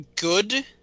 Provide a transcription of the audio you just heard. good